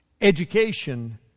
Education